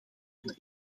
tot